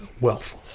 wealth